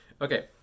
Okay